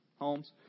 homes